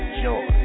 joy